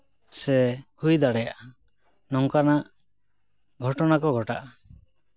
ᱥᱮ ᱦᱩᱭ ᱫᱟᱲᱮᱭᱟᱜᱼᱟ ᱱᱚᱝᱠᱟᱱᱟᱜ ᱜᱷᱚᱴᱚᱱᱟ ᱠᱚ ᱜᱷᱚᱴᱟᱜᱼᱟ